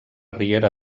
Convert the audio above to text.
riera